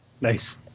Nice